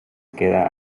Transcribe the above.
queda